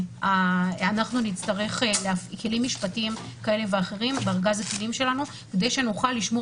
אנחנו נצטרך כלים משפטיים כאלה ואחרים בארז הכלים שלנו כדי שנוכל לשמור